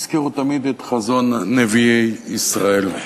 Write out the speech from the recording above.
הזכירו תמיד את חזון נביאי ישראל.